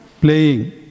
playing